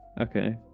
Okay